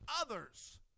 others